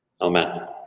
amen